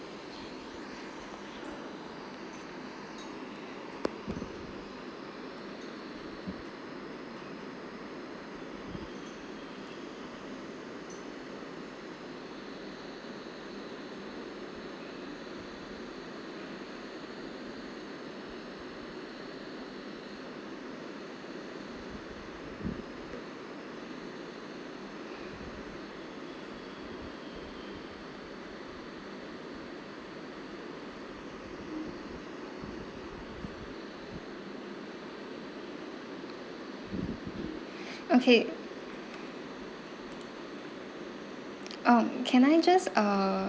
okay um can I just uh